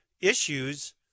issues